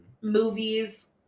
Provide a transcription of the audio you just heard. movies